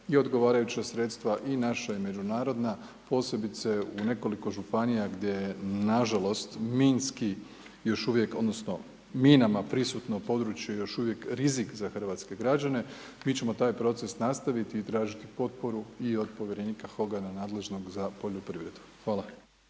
i odgovarajuća sredstava, i naša, i međunarodna, posebice u nekoliko županija, gdje je nažalost minski još uvijek, odnosno minama prisutno područje još uvijek rizik za hrvatske građane, mi ćemo taj proces nastaviti i tražiti potporu i od povjerenika Hogana, nadležnog za poljoprivredu. Hvala.